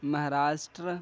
Maharashtra